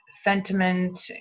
sentiment